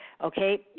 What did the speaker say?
okay